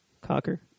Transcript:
Cocker